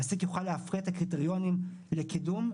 מעסיק יוכל --- את הקריטריונים לקידום,